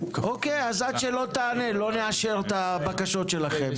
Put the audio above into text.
אוקיי, אז עד שלא תענה לא נאשר את הבקשות שלכם.